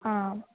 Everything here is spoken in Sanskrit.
आम्